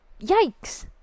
Yikes